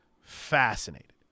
fascinated